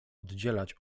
oddzielać